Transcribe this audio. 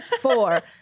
four